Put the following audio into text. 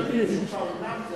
איך יודעים שהוא באולם,